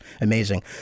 Amazing